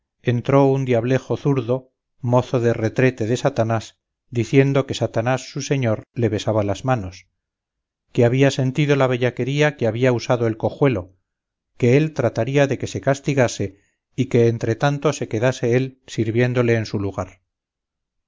entró un diablejo zurdo mozo de retrete de satanás diciendo que satanás su señor le besaba las manos que había sentido la bellaquería que había usado el cojuelo que él trataría de que se castigase y que entre tanto se quedase él sirviéndole en su lugar